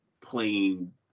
playing